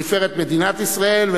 לתפארת מדינת ישראל,